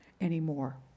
anymore